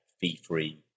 fee-free